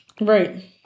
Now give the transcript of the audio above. Right